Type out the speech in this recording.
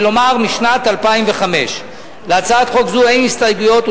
כלומר משנת 2005. להצעת חוק זו אין הסתייגויות,